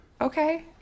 Okay